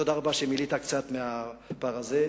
תודה רבה שמילאת קצת מהפער הזה,